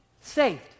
saved